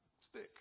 stick